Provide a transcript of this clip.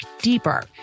deeper